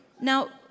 Now